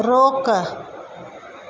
रोकु